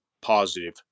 positive